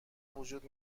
وجود